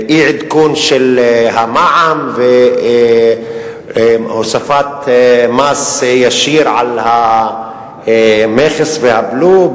ומאי-עדכון של המע"מ והוספת מס ישיר על המכס והבלו,